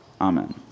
Amen